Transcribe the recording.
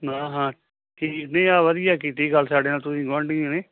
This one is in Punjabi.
ਹਾਂ ਹਾਂ ਠੀਕ ਨਹੀਂ ਆਹ ਵਧੀਆ ਕੀਤੀ ਗੱਲ ਸਾਡੇ ਨਾਲ ਤੁਸੀਂ ਗੁਆਂਢੀਆਂ ਨੇ